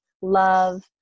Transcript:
love